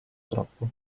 troppo